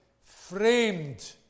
framed